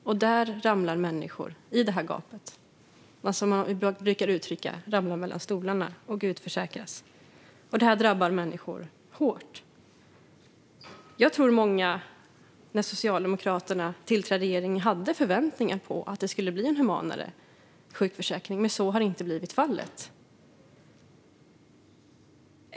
I det gapet finns de människor som ramlar mellan stolarna, som man brukar uttrycka det, och utförsäkras. Det drabbar människor hårt. Jag tror att många när den socialdemokratiska regeringen tillträdde hade förväntningar på att det skulle bli en humanare sjukförsäkring, men så har inte blivit fallet.